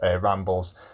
rambles